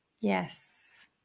Yes